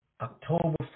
October